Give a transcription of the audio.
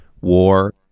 war